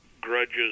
grudges